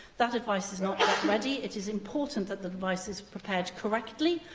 that advice is not yet ready. it is important that the advice is prepared correctly.